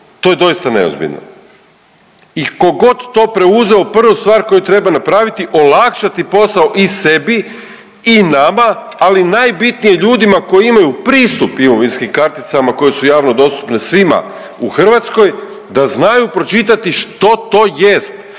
To je doista neozbiljno. I tko god to preuzeo, prvu stvar koju treba napraviti, olakšati posao i sebi i nama, ali najbitnije ljudima koji imaju pristup imovinskim karticama koje su javno dostupne svima u Hrvatskoj da znaju pročitati što to jest,